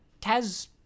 Taz